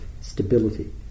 stability